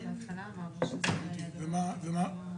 ברגע שהמשגיח עובד בגוף כלכלי,